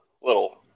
little